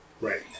Right